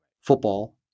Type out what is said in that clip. football